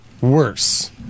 worse